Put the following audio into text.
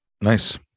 nice